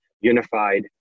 unified